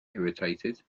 irritated